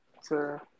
sir